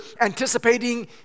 anticipating